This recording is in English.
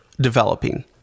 developing